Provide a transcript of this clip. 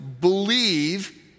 believe